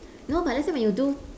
no but let's say when you do